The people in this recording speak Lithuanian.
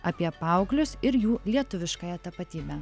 apie paauglius ir jų lietuviškąją tapatybę